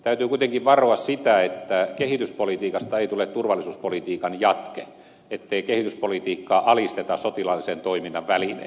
täytyy kuitenkin varoa sitä että kehityspolitiikasta ei tule turvallisuuspolitiikan jatke ettei kehityspolitiikkaa alisteta sotilaallisen toiminnan välineeksi